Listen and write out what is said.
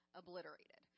obliterated